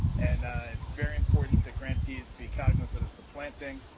and it's very important that grantees be cognizant of supplanting,